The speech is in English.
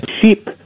Sheep